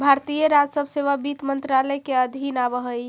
भारतीय राजस्व सेवा वित्त मंत्रालय के अधीन आवऽ हइ